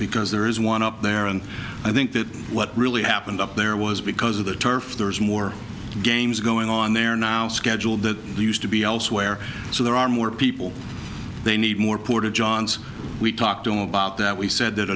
because there is one up there and i think that what really happened up there was because of the turf there is more games going on there now scheduled that used to be elsewhere so there are more people they need more porta johns we talked to him about that we said that